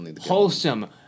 wholesome